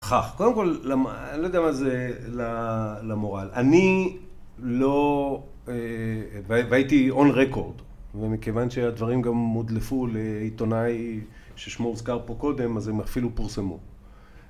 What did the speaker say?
‫כך, קודם כול, ‫אני לא יודע מה זה למורל. ‫אני לא... והייתי און-רקורד, ‫ומכיוון שהדברים גם הודלפו ‫לעיתונאי ששמו אוזכר פה קודם, ‫אז הם אפילו פורסמו.